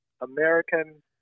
American